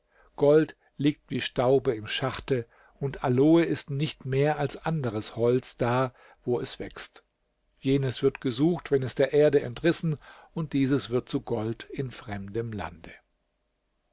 gold liegt wie staub im schachte und aloe ist nicht mehr als anderes holz da wo es wächst jenes wird gesucht wenn es der erde entrissen und dieses wird zu gold in fremdem lande